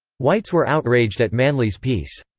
whites were outraged at manly's piece.